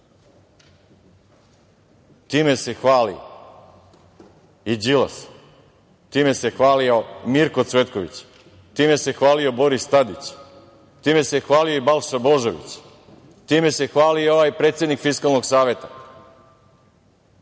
Time se hvali i Đilas. Time se hvalio i Mirko Cvetković. Time se hvalio i Boris Tadić. Time se hvalio i Balša Božović. Time se hvalio i ovaj predsednik Fiskalnog saveta.